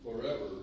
forever